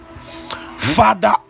Father